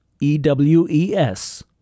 E-W-E-S